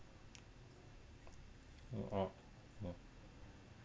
no